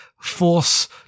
force